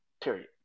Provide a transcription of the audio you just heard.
Period